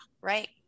Right